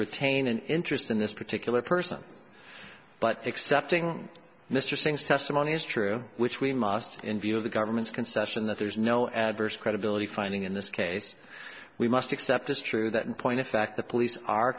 retain an interest in this particular person but excepting mr singh's testimony is true which we must in view of the government's concession that there's no adverse credibility finding in this case we must accept as true that in point of fact the police are